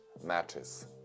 matches